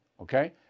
okay